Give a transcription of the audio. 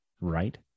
right